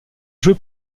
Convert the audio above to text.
joué